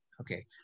okay